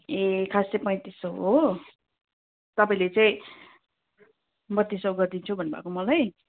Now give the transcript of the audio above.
ए खास चाहिँ पैँतिस सय हो तपाईँले चाहिँ बत्तिस सय गरिदिन्छु भन्नु भएको मलाई